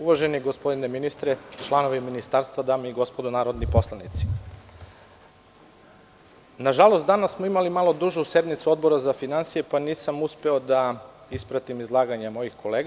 Uvaženi gospodine ministre, članovi ministarstva, dame i gospodo narodni poslanici, nažalost danas smo imali malo dužu sednicu Odbora za finansije, pa nisam uspeo da ispratim izlaganja mojih kolega.